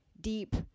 deep